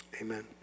Amen